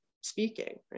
speaking